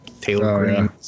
taylor